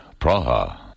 Praha